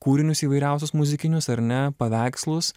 kūrinius įvairiausius muzikinius ar ne paveikslus